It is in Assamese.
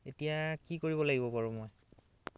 এতিয়া কি কৰিব লাগিব বাৰু মই